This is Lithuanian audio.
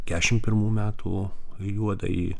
keturiasdešimt pirmų metų juodąjį